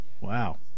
Wow